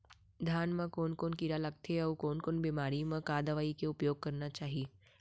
धान म कोन कोन कीड़ा लगथे अऊ कोन बेमारी म का दवई के उपयोग करना चाही?